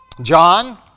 John